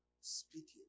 speaking